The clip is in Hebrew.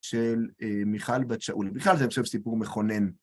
של מיכל בת שאול. בכלל זה, אני חושב, זה סיפור מכונן.